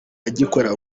agikora